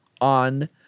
on